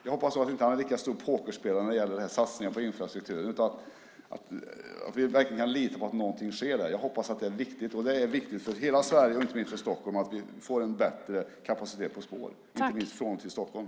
Jag hoppas att han inte är lika stor pokerspelare när det gäller satsningarna på infrastrukturen utan att vi verkligen kan lita på att något sker där. Det är viktigt för hela Sverige att vi får en bättre kapacitet på spåren, inte minst till och från Stockholm.